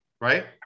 Right